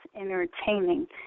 entertaining